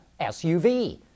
SUV